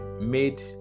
made